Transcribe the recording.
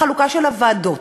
בחלוקה של הוועדות,